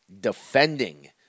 defending